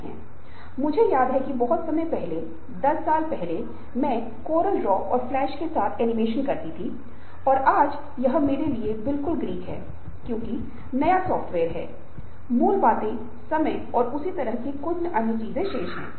आत्म बोध की जरूरत है कि व्यक्ति वही करेगा जो वह आंतरिक रूप से करना चाहता है और आंतरिक उच्च स्वयं है जो व्यक्ति आंतरिक रूप से करना चाहता है वह हो सकता है कि व्यक्ति एक अच्छा माता पिता या एक अच्छा कलाकार बनना पसंद करें मान्यता प्राप्त कलाकार या एक वैज्ञानिक या एक वकील या एक अच्छा जीवन साथी बनना चाहता हो